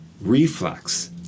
reflex